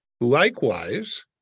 likewise